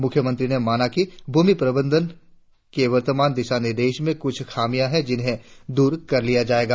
मुख्यमंत्री ने माना कि भूमि प्रबंधन के वर्तमान दिशा निर्देशों में कुछ खामिया है जिन्हें दूर कर लिया जायेगा